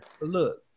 Look